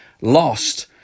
lost